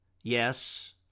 Yes